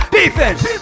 Defense